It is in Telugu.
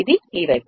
ఇది ఈ వైపు